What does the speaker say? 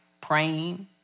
praying